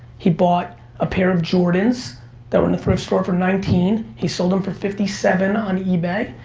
he bought a pair of jordans that were in the thrift store for nineteen, he sold them for fifty seven on ebay.